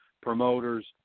promoters